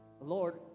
Lord